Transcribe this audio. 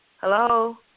Hello